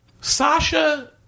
Sasha